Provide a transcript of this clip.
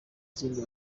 zindi